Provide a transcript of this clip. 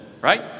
right